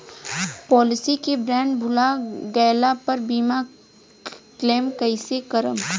Policy के bond भुला गैला पर बीमा क्लेम कईसे करम?